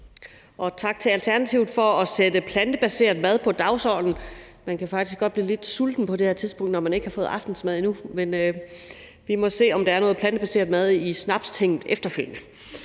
og tak til Alternativet for at sætte plantebaseret mad på dagsordenen. Man kan faktisk godt blive lidt sulten på det her tidspunkt, når man ikke har fået aftensmad endnu, men vi må se, om der er noget plantebaseret mad i Snapstinget efterfølgende.